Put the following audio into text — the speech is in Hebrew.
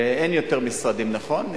ואין יותר משרדים, נכון?